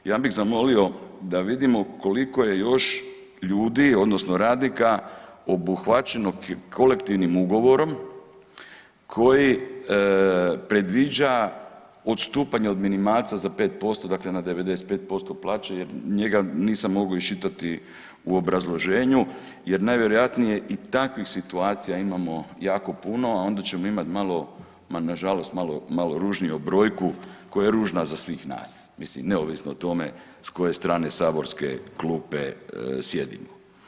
Ja bih zamolio da vidimo koliko je još ljudi odnosno radnika obuhvaćeno kolektivnim ugovorom koji predviđa odstupanje od minimalca za 5%, dakle na 95% plaće jer njega nisam mogao iščitati u obrazloženju jer najvjerojatnije i takvih situacija imamo jako puno, a onda ćemo imat malo, nažalost malo, malo ružniju brojku koja je ružna za svih nas, mislim neovisno o tome s koje strane saborske klupe sjedimo.